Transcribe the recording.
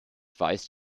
vice